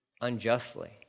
unjustly